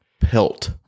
pelt